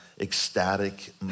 ecstatic